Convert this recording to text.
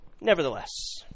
Nevertheless